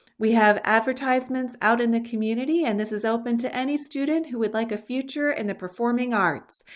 we have advertisements out in the community and this is open to any student who would like a future and the performing arts.